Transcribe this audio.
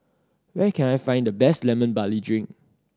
where can I find the best Lemon Barley Drink